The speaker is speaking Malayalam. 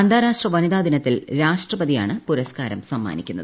അന്താരാഷ്ട്ര വനിതാ ദിനത്തിൽ രാഷ്ട്രപതിയാണ് പുരസ്കാരം സമ്മാനിക്കുന്നത്